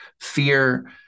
Fear